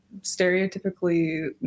stereotypically